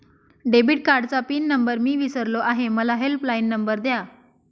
debit कार्डचा pin number मी विसरलो आहे मला हेल्पलाइन नंबर द्या